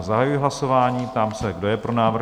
Zahajuji hlasování a ptám se, kdo je pro návrh?